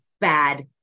bad